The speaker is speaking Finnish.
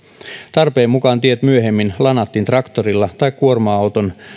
tarpeen mukaan tiet myöhemmin lanattiin traktorilla tai kuorma auton